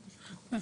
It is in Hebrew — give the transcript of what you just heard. היום?